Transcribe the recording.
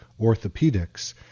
orthopedics